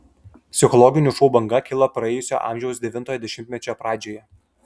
psichologinių šou banga kilo praėjusio amžiaus devintojo dešimtmečio pradžioje